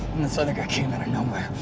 this other guy came out of nowhere.